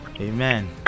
Amen